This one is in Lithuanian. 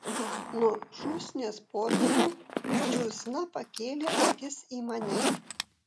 nuo šūsnies popierių džiūsna pakėlė akis į mane